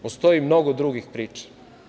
Postoji mnogo drugih priča.